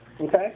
Okay